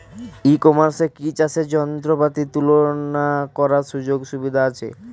ই কমার্সে কি চাষের যন্ত্রপাতি তুলনা করার সুযোগ সুবিধা আছে?